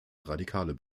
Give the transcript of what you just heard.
radikale